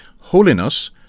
holiness